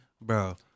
bro